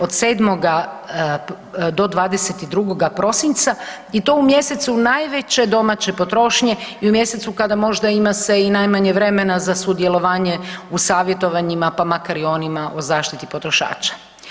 Od 7. do 22. prosinca i to u mjesecu najveće domaće potrošnje i u mjesecu kada možda ima se i najmanje vremena za sudjelovanje u savjetovanjima pa makar i onima o zaštiti potrošača.